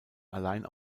allein